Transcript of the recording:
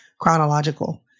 chronological